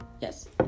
Yes